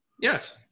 Yes